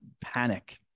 panic